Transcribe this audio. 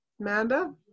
Amanda